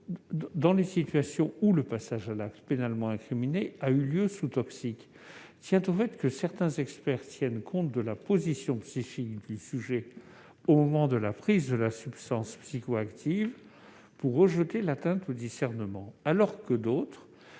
dans les situations où le passage à l'acte pénalement incriminé a eu lieu sous toxiques, tient au fait que certains d'entre eux prennent en compte la position psychique du sujet au moment de la prise de la substance psychoactive pour rejeter l'atteinte au discernement, tandis que d'autres